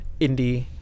indie